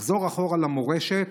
לחזור אחורה למורשת,